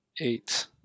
Eight